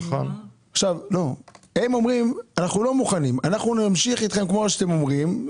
הם אומרים שהם לא מוכנים והם ימשיכו 18,000,